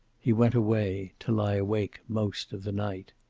he went away, to lie awake most of the night.